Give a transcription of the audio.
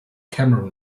cameron